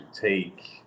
take